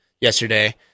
yesterday